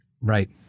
Right